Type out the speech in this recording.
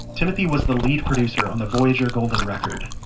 timothy was the lead producer on the voyager golden record.